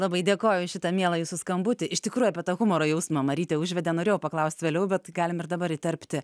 labai dėkoju už šitą mielą jūsų skambutį iš tikrųjų apie tą humoro jausmą marytė užvedė norėjau paklaust vėliau bet galim ir dabar įterpti